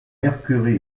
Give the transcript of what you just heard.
mercury